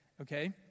okay